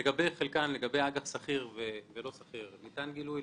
לגבי אג"ח סחיר ולא סחיר ניתן גילוי,